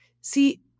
See